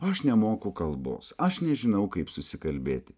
aš nemoku kalbos aš nežinau kaip susikalbėti